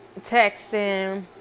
texting